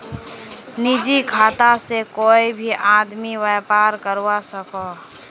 निजी खाता से कोए भी आदमी व्यापार करवा सकोहो